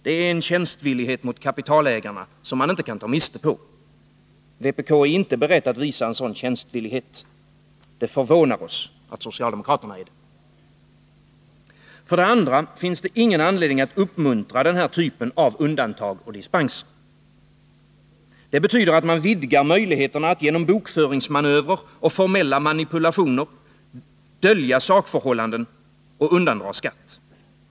Det är en tjänstvillighet mot kapitalägarna som man inte kan ta miste på. Vpk är inte berett att visa en sådan tjänstvillighet. Det förvånar oss att socialdemokraterna är det. För det andra finns det ingen anledning att uppmuntra den här typen av undantag och dispenser. Det betyder att man vidgar möjligheterna att genom bokföringsmanövrer och formella manipulationer dölja sakförhållanden och undandra skatt.